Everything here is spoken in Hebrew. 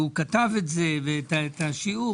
והוא כתב את זה ואת השיעור'.